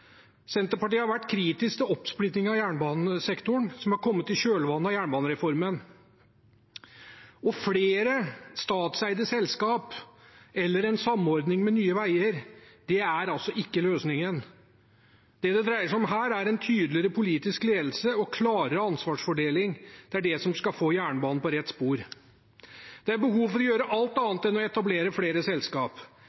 Senterpartiet har vært kritisk til oppsplittingen av jernbanesektoren som har kommet i kjølvannet av jernbanereformen. Flere statseide selskaper eller en samordning med Nye Veier er altså ikke løsningen. Det det dreier seg om her, er en tydeligere politisk ledelse og klarere ansvarsfordeling. Det er det som skal få jernbanen på rett spor. Det er behov for å gjøre alt